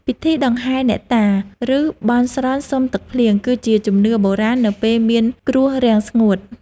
ពិធីដង្ហែអ្នកតា ឬបន់ស្រន់សុំទឹកភ្លៀង គឺជាជំនឿបុរាណនៅពេលមានគ្រោះរាំងស្ងួត។